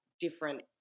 different